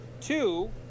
Two